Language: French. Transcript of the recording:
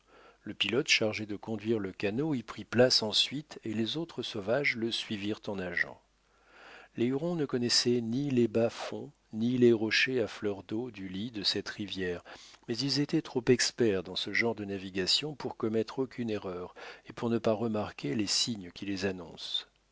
le pilote chargé de conduire le canot y prit place ensuite et les autres sauvages le suivirent en nageant les hurons ne connaissaient ni les bas-fonds ni les rochers à fleur d'eau du lit de cette rivière mais ils étaient trop experts dans ce genre de navigation pour commettre aucune erreur et pour ne pas remarquer les signes qui les annoncent